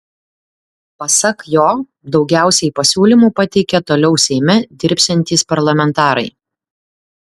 pasak jo daugiausiai pasiūlymų pateikė toliau seime dirbsiantys parlamentarai